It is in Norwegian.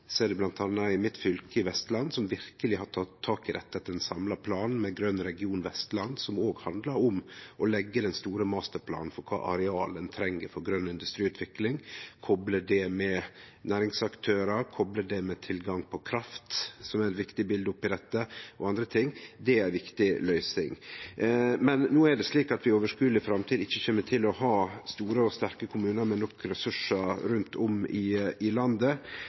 ser det bl.a. i mitt fylke, Vestland, som verkeleg har tatt tak i dette etter ein samla plan, med Grøn region Vestland, som òg handlar om å leggje den store masterplanen for kva areal ein treng for grøn industriutvikling, og kople det med næringsaktørar og med tilgang til kraft – som er eit viktig bilde oppe i dette – og andre ting. Det er ei viktig løysing. Men no er det slik at vi i overskodeleg framtid ikkje kjem til å ha store og sterke kommunar med nok ressursar rundt om i landet,